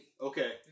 Okay